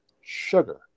sugar